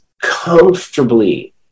comfortably